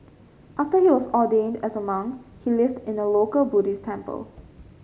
after he was ordained as a monk he lived in a local Buddhist temple